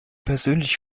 persönlich